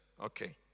Okay